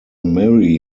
merry